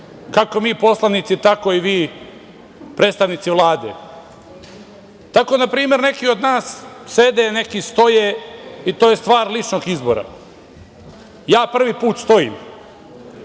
kako mi poslanici tako i vi predstavnici Vlade. Tako, na primer neki od nas sede, neki stoje i to je stvar ličnog izbora. Ja prvi put stojim,